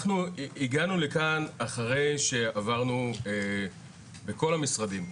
אנחנו הגענו לכאן אחרי שעברנו בכל המשרדים,